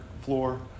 floor